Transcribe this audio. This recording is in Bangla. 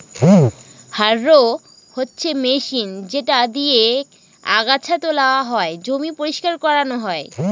হাররো হচ্ছে মেশিন যেটা দিয়েক আগাছা তোলা হয়, জমি পরিষ্কার করানো হয়